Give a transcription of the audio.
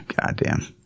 Goddamn